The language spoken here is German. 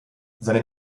seine